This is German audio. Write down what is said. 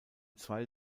zwei